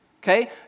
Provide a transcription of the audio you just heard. Okay